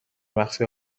مخفی